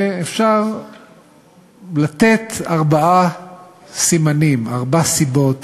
ואפשר לתת ארבעה סימנים, ארבע סיבות